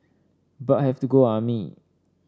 but have to go army